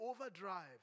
overdrive